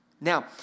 Now